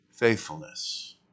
faithfulness